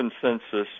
consensus